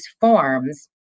forms